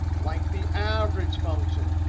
like the average function.